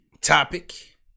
topic